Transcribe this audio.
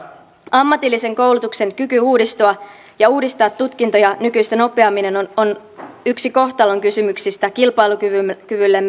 ammatillisen koulutuksen kyky uudistua ja uudistaa tutkintoja nykyistä nopeammin on on yksi kohtalonkysymyksistä kilpailukyvyllemme